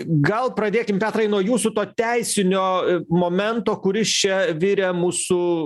gal pradėkim teatrai nuo jūsų to teisinio momento kuris čia virė mūsų